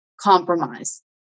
compromise